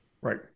Right